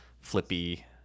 flippy